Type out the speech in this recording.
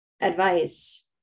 advice